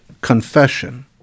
confession